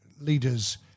leaders